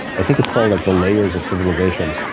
i think it's called like the layers of civilization.